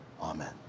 Amen